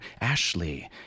Ashley